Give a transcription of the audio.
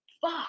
fuck